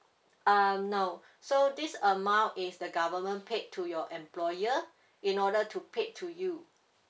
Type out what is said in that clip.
um no so this amount is the government paid to your employer in order to paid to you